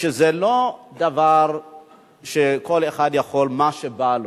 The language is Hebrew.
זה לא דבר שכל אחד יכול, מה שבא לו.